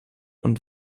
und